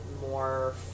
more